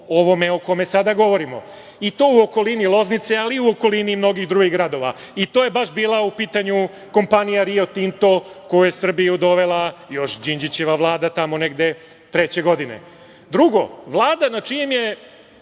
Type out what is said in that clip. ovo o kome sada govorimo i to u okolini Loznice, ali i u okolini mnogih drugih gradova i to je baš bila u pitanju kompanija Rio Tinto koju je u Srbiju dovela još Đinđićeva vlada tamo negde 2003. godine. Drugo, vlada na čijem je,